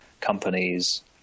companies